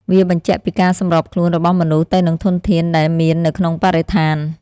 វាបញ្ជាក់ពីការសម្របខ្លួនរបស់មនុស្សទៅនឹងធនធានដែលមាននៅក្នុងបរិស្ថាន។